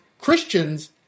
Christians